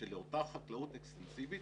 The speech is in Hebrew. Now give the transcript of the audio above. שלאותה חקלאות אקסטנסיבית